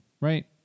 right